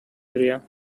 area